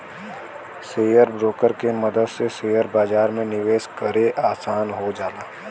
share broker के मदद से शेयर बाजार में निवेश करे आसान हो जाला